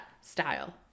style